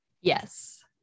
Yes